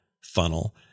funnel